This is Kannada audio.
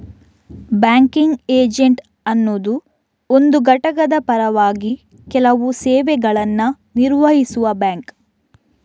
ಬ್ಯಾಂಕಿಂಗ್ ಏಜೆಂಟ್ ಅನ್ನುದು ಒಂದು ಘಟಕದ ಪರವಾಗಿ ಕೆಲವು ಸೇವೆಗಳನ್ನ ನಿರ್ವಹಿಸುವ ಬ್ಯಾಂಕ್